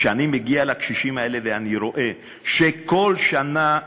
כשאני מגיע לקשישים האלה ואני רואה שכל שנה,